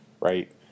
Right